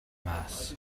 mas